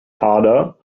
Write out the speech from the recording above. harder